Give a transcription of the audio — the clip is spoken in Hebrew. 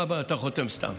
מה אתה חותם סתם?